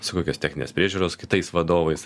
su kokios techninės priežiūros kitais vadovais